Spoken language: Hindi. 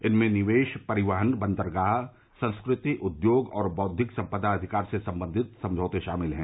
इनमें निवेश परिवहन बंदरगाह संस्कृति उद्योग और बौद्विक संपदा अधिकार से संबंधित समझौते शामिल हैं